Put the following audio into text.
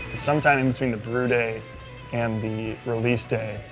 some time in between the brew day and the release day,